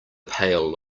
pail